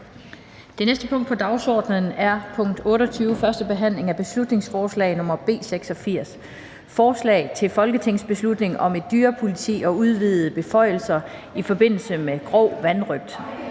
Det næste punkt på dagsordenen er: 28) 1. behandling af beslutningsforslag nr. B 86: Forslag til folketingsbeslutning om et dyrepoliti og udvidede beføjelser i forbindelse med grov vanrøgt